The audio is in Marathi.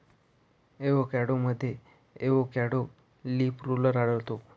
एवोकॅडोमध्ये एवोकॅडो लीफ रोलर आढळतो